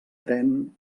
tren